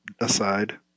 aside